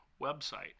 website